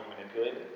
manipulated